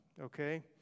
okay